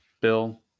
Bill